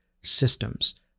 systems